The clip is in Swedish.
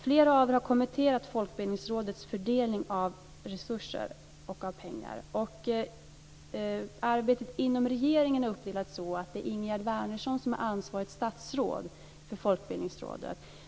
Flera av er har kommenterat Folkbildningsrådets fördelning av resurser och av pengar. Arbetet inom regeringen är uppdelat så att det är Ingegerd Wärnersson som är ansvarigt statsråd för Folkbildningsrådet.